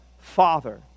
Father